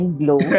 glow